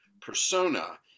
persona